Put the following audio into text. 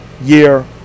year